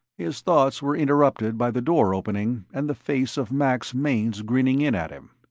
his thoughts were interrupted by the door opening and the face of max mainz grinning in at him.